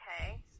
Okay